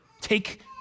Take